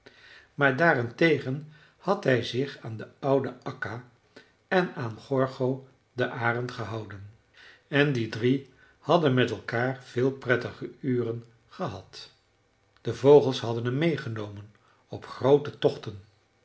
maar daarentegen had hij zich aan de oude akka en aan gorgo den arend gehouden en die drie hadden met elkaar veel prettige uren gehad de vogels hadden hem meegenomen op groote tochten